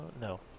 no